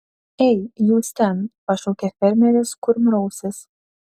ei jūs ten pašaukė fermeris kurmrausis